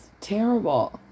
terrible